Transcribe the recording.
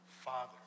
Father